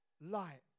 light